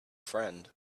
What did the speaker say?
friend